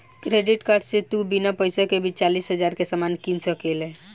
credit card से तू बिना पइसा के भी चालीस हज़ार के सामान किन सकेल